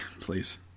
please